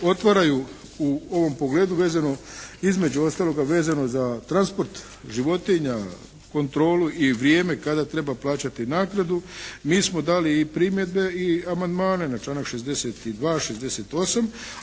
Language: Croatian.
otvaraju u ovom pogledu vezano između ostaloga vezano za transport životinja, kontrolu i vrijeme kada treba plaćati naknadu. Mi smo dali i primjedbe i amandmane na članak 62., 68.